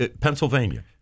Pennsylvania